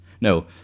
No